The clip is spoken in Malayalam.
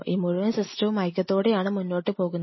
ഈ മുഴുവൻ സിസ്റ്റവും ഐക്യത്തോടെയാണ് മുന്നോട്ടുപോകുന്നത്